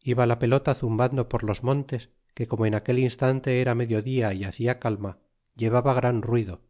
iba la pelota zumbando por los montes que como en aquel instante era medio dia y hacia calma llevaba gran ruido